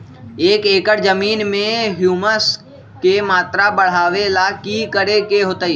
एक एकड़ जमीन में ह्यूमस के मात्रा बढ़ावे ला की करे के होतई?